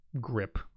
grip